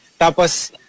Tapos